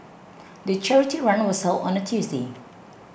the charity run was held on a Tuesday